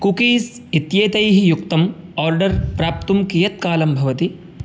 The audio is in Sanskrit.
कुकीस् इत्येतैः युक्तम् आर्डर् प्राप्तुं कियत् कालं भवति